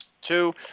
two